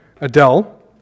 Adele